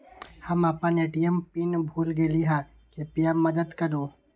हम अपन ATM PIN भूल गेली ह, कृपया मदत करू